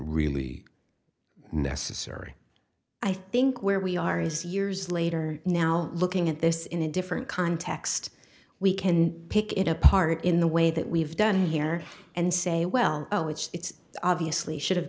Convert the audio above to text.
really necessary i think where we are as years later now looking at this in a different context we can pick it apart in the way that we've done here and say well oh it's obviously should have